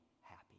happy